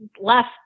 left